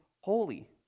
holy